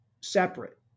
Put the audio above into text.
separate